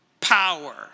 power